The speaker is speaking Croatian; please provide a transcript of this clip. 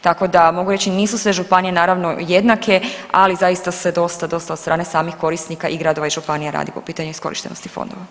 Tako da mogu reći nisu sve županije naravno jednake, ali zaista se dosta, dosta od strane samih korisnika i gradova i županija radi po pitanju iskorištenosti fondova.